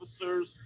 officers